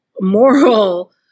moral